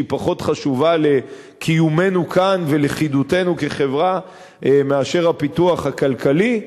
שהיא לא פחות חשובה לקיומנו כאן ולכידותנו כחברה מאשר הפיתוח הכלכלי?